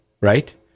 right